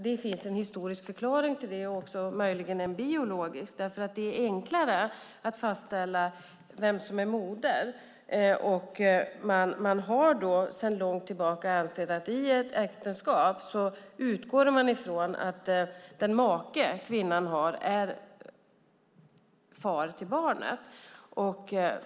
Det finns en historisk och möjligen biologisk förklaring till det. Det är ju enklare att fastställa vem som är moder, och sedan långt tillbaka utgår man från att den make en kvinna har i ett äktenskap är far till barnet.